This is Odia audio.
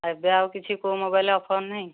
ଏବେ ଆଉ କିଛି କେଉଁ ମୋବାଇଲରେ ଅଫର୍ ନାହିଁ